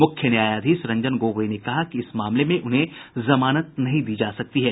मुख्य न्यायाधीश रंजन गोगोई ने कहा कि इस मामले में उन्हें जमानत नहीं दी जा सकती है